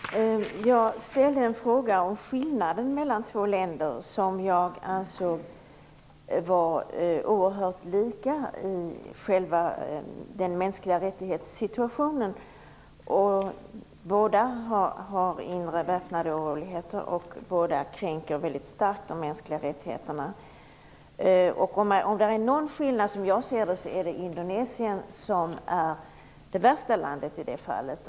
Herr talman! Jag ställde en fråga om skillnaden mellan två länder, som jag ansåg var oerhört lika vad gäller situationen för de mänskliga rättigheterna. Båda har inre väpnade oroligheter och båda kränker väldigt starkt de mänskliga rättigheterna. Om det finns någon skillnad är Indonesien, som jag ser det, det värsta landet i det här fallet.